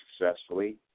successfully